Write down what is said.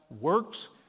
works